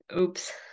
Oops